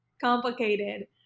complicated